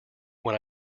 when